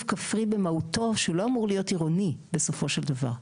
כפרי במהותו שלא אמור להיות עירוני בסופו של דבר,